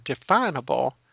definable